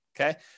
okay